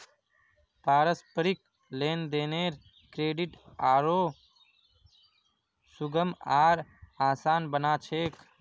पारस्परिक लेन देनेर क्रेडित आरो सुगम आर आसान बना छेक